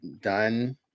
done